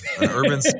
Urban